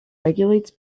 regulates